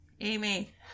Amy